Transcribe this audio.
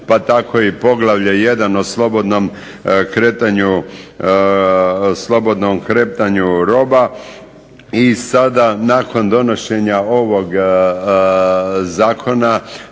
pa tako i poglavlje 1. o slobodnom kretanju roba i sada nakon donošenja ovog zakona